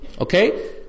Okay